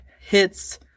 hits